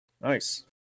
Nice